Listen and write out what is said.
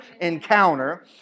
encounter